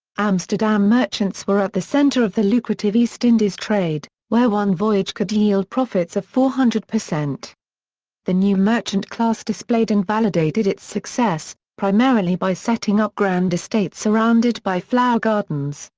amsterdam merchants were at the center of the lucrative east indies trade, where one voyage could yield profits of four hundred. the new merchant class displayed and validated its success, primarily by setting up grand estates surrounded by flower gardens,